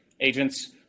agents